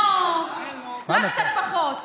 אה, רק קצת פחות.